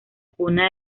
cuna